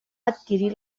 adquirir